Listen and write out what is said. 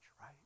right